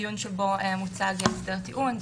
דיון שבו מוצג הסדר טיעון,